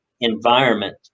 environment